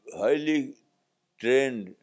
highly-trained